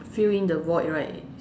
fill in the void right